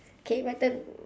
K my turn